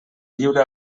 lliure